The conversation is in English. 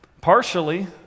partially